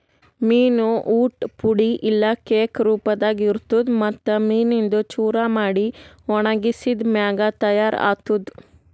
ಮೀನು ಊಟ್ ಪುಡಿ ಇಲ್ಲಾ ಕೇಕ್ ರೂಪದಾಗ್ ಇರ್ತುದ್ ಮತ್ತ್ ಮೀನಿಂದು ಚೂರ ಮಾಡಿ ಒಣಗಿಸಿದ್ ಮ್ಯಾಗ ತೈಯಾರ್ ಆತ್ತುದ್